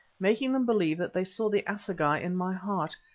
making them believe that they saw the assegai in my heart,